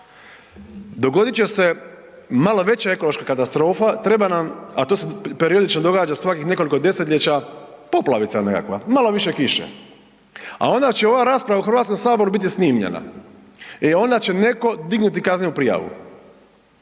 Dogodit će se malo veća ekološka katastrofa. Treba nam, a to se periodično događa svakih nekoliko desetljeća, poplavica nekakva, malo više kiše. A onda će ova rasprava u HS biti snimljena. E, onda će neko dignuti kaznenu prijavu.